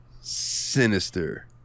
sinister